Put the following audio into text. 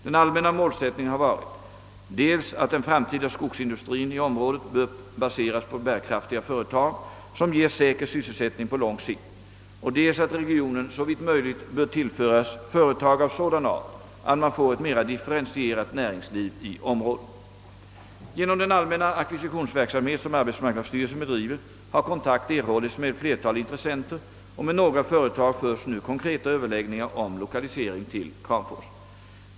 Den allmänna målsättningen har varit dels att den framtida skogsindustrien i området bör baseras på bärkraftiga företag, som ger säker sysselsättning på lång sikt, och dels att regionen såvitt möjligt bör tillföras företag av sådan art, att man får ett mera differentierat näringsliv i området. Genom den allmänna ackvisitionsverksamhet, som arbetsmarknadsstyrelsen bedriver, har kontakt erhållits med ett flertal intressenter, och med några företag förs nu konkreta överläggningar om lokalisering till Kramfors.